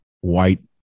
white